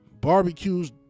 barbecues